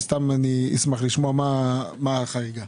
אני אשמח לשמוע מה החריגה.